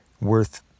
worth